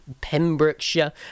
Pembrokeshire